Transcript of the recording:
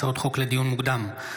הצעות חוק לדיון מוקדם,